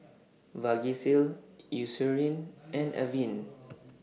Vagisil Eucerin and Avene